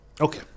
okay